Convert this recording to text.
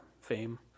fame